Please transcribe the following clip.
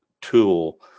tool